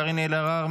קארין אלהרר,